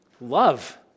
love